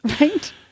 Right